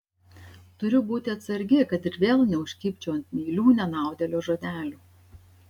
turiu būti atsargi kad ir vėl neužkibčiau ant meilių nenaudėlio žodelių